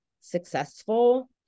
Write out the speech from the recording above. successful